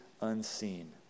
unseen